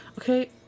Okay